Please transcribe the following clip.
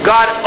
God